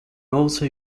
also